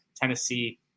tennessee